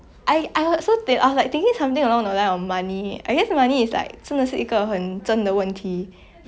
like ya especially now you know got COVID COVID nineteen then !wah! it's like the economy now is so bad